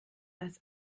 als